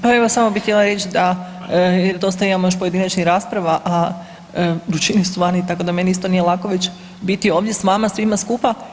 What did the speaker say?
Pa evo, samo bi htjela reći da, dosta imamo još pojedinačnih rasprava, a vrućine su vani, tako da meni isto nije lako već biti ovdje s vama svima skupa.